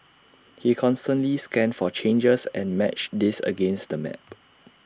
he constantly scanned for changes and matched these against the map